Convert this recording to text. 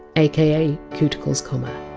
aka! cuticles comma.